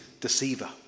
deceiver